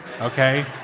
okay